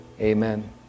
amen